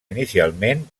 inicialment